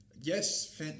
Yes